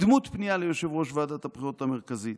בדמות פנייה ליושב-ראש ועדת הבחירות המרכזית.